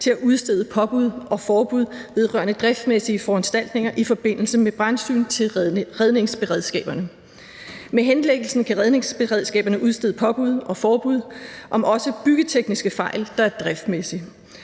til at udstede påbud og forbud vedrørende driftsmæssige foranstaltninger i forbindelse med brandsyn til redningsberedskaberne. Med henlæggelsen kan redningsberedskaberne udstede påbud og forbud også om byggetekniske fejl, der er driftsmæssige,